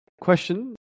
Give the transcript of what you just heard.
question